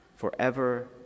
forever